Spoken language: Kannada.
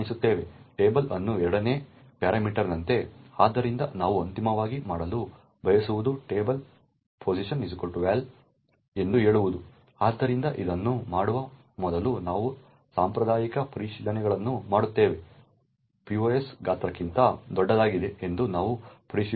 ಟೇಬಲ್ ಅನ್ನು 2 ನೇ ಪ್ಯಾರಾಮೀಟರ್ನಂತೆ ಆದ್ದರಿಂದ ನಾವು ಅಂತಿಮವಾಗಿ ಮಾಡಲು ಬಯಸುವುದು ಟೇಬಲ್posval ಎಂದು ಹೇಳುವುದು ಆದ್ದರಿಂದ ಇದನ್ನು ಮಾಡುವ ಮೊದಲು ನಾವು ಸಾಂಪ್ರದಾಯಿಕ ಪರಿಶೀಲನೆಗಳನ್ನು ಮಾಡುತ್ತೇವೆ pos ಗಾತ್ರಕ್ಕಿಂತ ದೊಡ್ಡದಾಗಿದೆ ಎಂದು ನಾವು ಪರಿಶೀಲಿಸುತ್ತೇವೆ